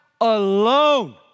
alone